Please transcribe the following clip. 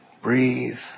Breathe